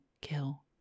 kill